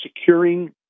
securing